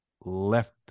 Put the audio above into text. left